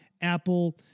Apple